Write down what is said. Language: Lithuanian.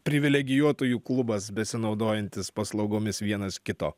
privilegijuotųjų klubas besinaudojantis paslaugomis vienas kito